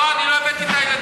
לא, אני לא הבאתי את הילדים.